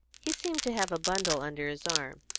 he seemed to have a bundle under his arm,